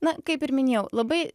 na kaip ir minėjau labai